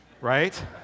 right